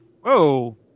Whoa